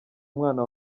umwana